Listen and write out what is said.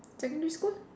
secondary school